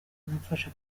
mwamfasha